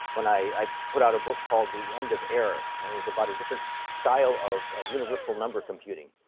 when i put out a book called the end of error. and it was about a different style of ah universal number computing.